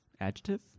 Adjective